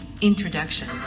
Introduction